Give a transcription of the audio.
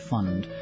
Fund